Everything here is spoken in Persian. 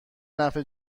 نفع